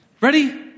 ready